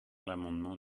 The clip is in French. l’amendement